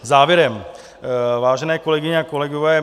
Závěrem, vážené kolegyně a kolegové.